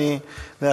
אדוני,